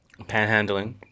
Panhandling